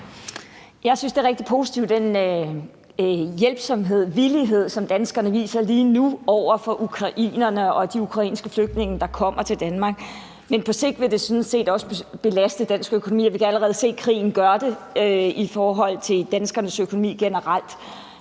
Jeg synes, det er rigtig positivt med den hjælpsomhed og villighed, som danskerne lige nu viser over for ukrainerne og de ukrainske flygtninge, der kommer til Danmark. Men på sigt vil det sådan set også belaste dansk økonomi, og vi kan allerede se, at krigen gør det i forhold til danskernes økonomi generelt.